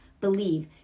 believe